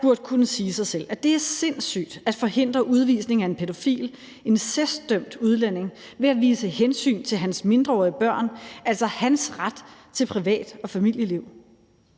burde kunne sige sig selv, at det er sindssygt at forhindre udvisningen af en pædofil, incestdømt udlænding ved at vise hensyn til hans mindreårige børn, altså hans ret til et privat- og familieliv.